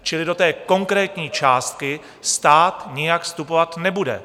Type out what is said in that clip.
Čili do konkrétní částky stát nijak vstupovat nebude.